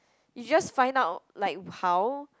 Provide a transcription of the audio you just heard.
you just find out like how